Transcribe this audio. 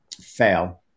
fail